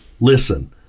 Listen